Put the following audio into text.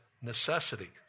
necessity